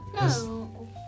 No